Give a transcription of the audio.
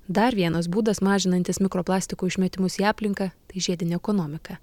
dar vienas būdas mažinantis mikroplastikų išmetimus į aplinką tai žiedinė ekonomika